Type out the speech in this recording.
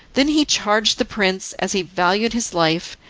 then he charged the prince, as he valued his life,